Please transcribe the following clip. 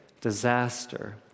disaster